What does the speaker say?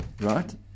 right